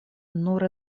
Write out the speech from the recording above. nur